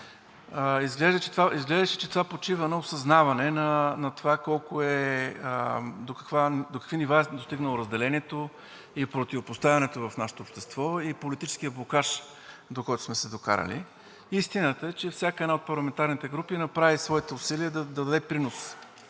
Изглеждаше, че това почива на осъзнаване на това до какви нива е достигнало разделението и противопоставянето в нашето общество и политическият блокаж, до който сме се докарали. Истината е, че всяка една от парламентарните групи направи своите усилия да даде принос